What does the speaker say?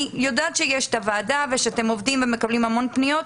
אני יודעת שיש את שיש ועדה וכי אתם עובדים ומקבלים המון פניות,